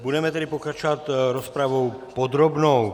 Budeme tedy pokračovat rozpravou podrobnou.